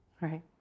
right